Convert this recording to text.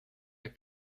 der